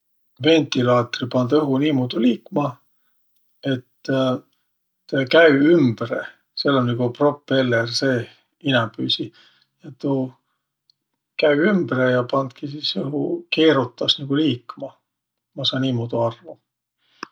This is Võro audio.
Ventilaatri pand õhu niimudu liikma, et tä käü ümbre, sääl um nigu propeller seeh inämbüisi. Tuu käü ümbre ja pandki sis õhu, keerutas nigu liikma. Ma saa niimuudu arvo.